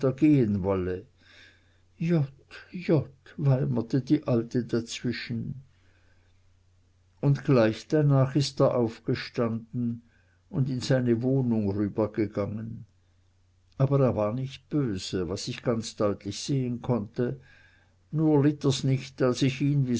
hintergehen wolle jott jott weimerte die alte dazwischen und gleich danach ist er aufgestanden und in seine wohnung rübergegangen aber er war nicht böse was ich ganz deutlich sehen konnte nur litt er's nicht als ich ihn